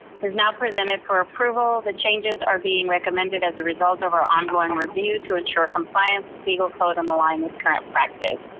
is now presented for approval. the changes are being recommended as a result of our ongoing review to ensure compliance with legal code on the line with current practice.